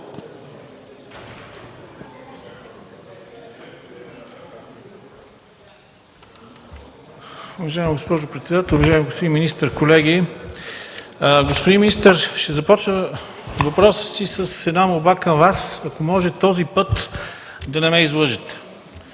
Уважаема госпожо председател, уважаеми господин министър, колеги! Господин министър, ще започна въпроса си с една молба към Вас: ако може този път да не ме излъжете!